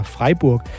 Freiburg